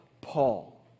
Paul